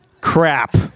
Crap